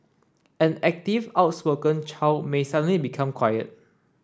an active outspoken child may suddenly become quiet